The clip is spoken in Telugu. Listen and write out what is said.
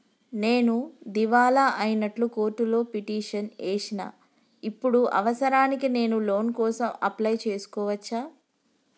నేను దివాలా అయినట్లు కోర్టులో పిటిషన్ ఏశిన ఇప్పుడు అవసరానికి నేను లోన్ కోసం అప్లయ్ చేస్కోవచ్చా?